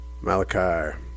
Malachi